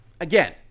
again